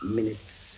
...minutes